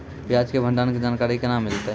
प्याज के भंडारण के जानकारी केना मिलतै?